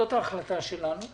זאת ההחלטה שלנו.